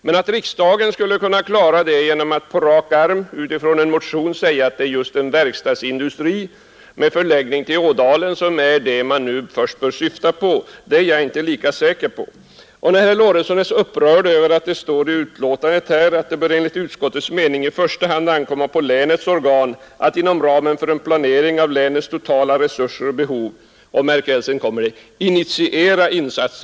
Men att riksdagen skulle kunna klara det genom att på rak arm utifrån en motion säga att det är just en verkstadsindustri med förläggning till Ådalen som är det man nu först bör syfta till är jag inte lika säker på. Herr Lorentzon är upprörd över att det står i betänkandet att det enligt utskottets mening i första hand bör ”ankomma på länets organ att inom ramen för en planering av länets totala resurser och behov” — märk väl! — ”initiera insatser”.